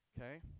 okay